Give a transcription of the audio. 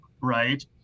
right